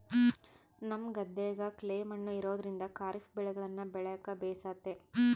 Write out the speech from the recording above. ನಮ್ಮ ಗದ್ದೆಗ ಕ್ಲೇ ಮಣ್ಣು ಇರೋದ್ರಿಂದ ಖಾರಿಫ್ ಬೆಳೆಗಳನ್ನ ಬೆಳೆಕ ಬೇಸತೆ